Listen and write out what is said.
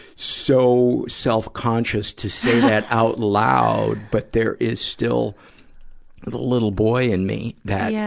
so self-conscious to say that out loud. but there is still the little boy in me that, yeah